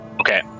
Okay